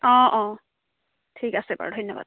অঁ অঁ ঠিক আছে বাৰু ধন্যবাদ